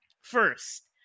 first